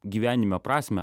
gyvenime prasmę